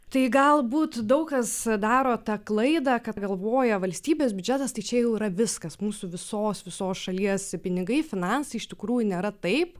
tai galbūt daug kas daro tą klaidą kad galvoja valstybės biudžetas čia jau yra viskas mūsų visos visos šalies pinigai finansai iš tikrųjų nėra taip